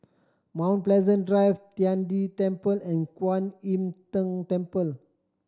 Mount Pleasant Drive Tian De Temple and Kwan Im Tng Temple